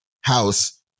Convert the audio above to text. house